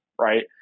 right